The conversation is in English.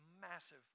massive